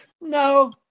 No